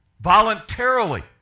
voluntarily